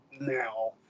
now